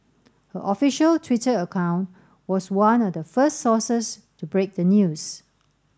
her official Twitter account was one of the first sources to break the news